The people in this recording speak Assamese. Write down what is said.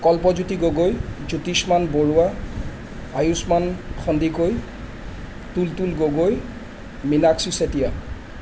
কল্পজ্যোতি গগৈ জ্যোতিষ্মান বৰুৱা আয়ুস্মান সন্দিকৈ তুলতুল গগৈ মিনাক্ষী চেতিয়া